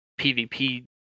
PvP